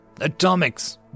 Atomics